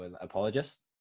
apologist